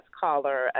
caller